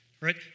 Right